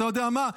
אתה יודע מה?